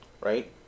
right